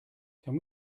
can